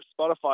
Spotify